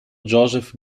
joseph